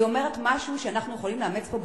ואומרת משהו שאנחנו יכולים לאמץ פה,